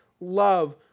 love